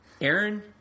Aaron